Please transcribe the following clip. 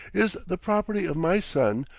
is the property of my son,